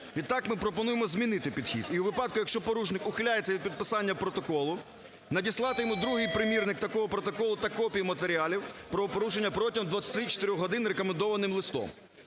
Відтак, ми пропонуємо змінити підхід і у випадку, якщо порушник ухиляється від підписання протоколу, надіслати йому другий примірник такого протоколу та копії матеріалів про порушення протягом 24 годин рекомендованим листом.